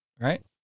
right